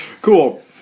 cool